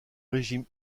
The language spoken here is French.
régime